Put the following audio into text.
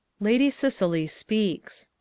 lady cicely speaks.